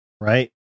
Right